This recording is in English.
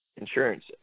insurance